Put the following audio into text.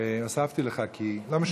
הוספתי לך, כי, לא משנה.